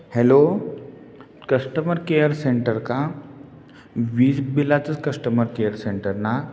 hello customer care centre का वीज बिलाचंच कस्टमर केअर सेंटर ना